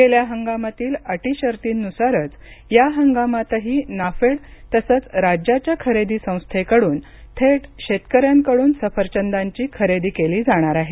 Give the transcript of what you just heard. गेल्या हंगामातील अटी शर्तींनुसारच या हंगामातही नाफेड तसंच राज्याच्या खरेदी संस्थेकडून थेट शेतकऱ्यांकडून सफरचंदांची खरेदी केली जाणार आहे